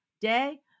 day